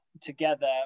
together